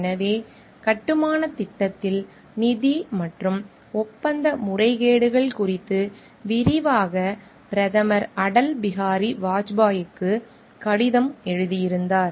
எனவே கட்டுமானத் திட்டத்தில் நிதி மற்றும் ஒப்பந்த முறைகேடுகள் குறித்து விரிவாகப் பிரதமர் அடல் பிஹாரி வாஜ்பாய்க்கு FL கடிதம் எழுதியிருந்தார்